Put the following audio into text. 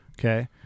Okay